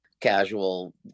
casual